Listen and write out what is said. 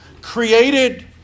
created